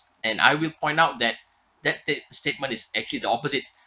and I will point out that that that statement is actually the opposite